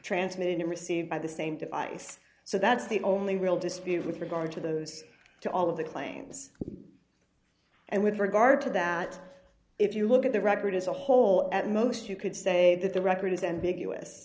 transmitted received by the same device so that's the only real dispute with regard to those to all of the claims and with regard to that if you look at the record as a whole at most you could say that the record is an big